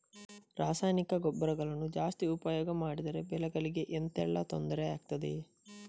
ರಾಸಾಯನಿಕ ಗೊಬ್ಬರಗಳನ್ನು ಜಾಸ್ತಿ ಉಪಯೋಗ ಮಾಡಿದರೆ ಬೆಳೆಗಳಿಗೆ ಎಂತ ಎಲ್ಲಾ ತೊಂದ್ರೆ ಆಗ್ತದೆ?